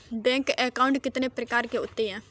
Bank account कितने प्रकार के होते हैं?